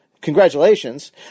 congratulations